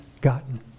gotten